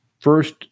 first